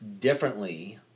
differently